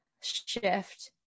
shift